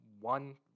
one